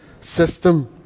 system